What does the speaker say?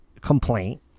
complaint